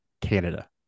Canada